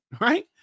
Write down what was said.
right